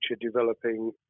developing